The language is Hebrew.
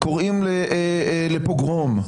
קוראים לפוגרום,